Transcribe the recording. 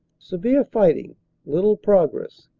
severe fighting little progress.